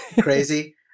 crazy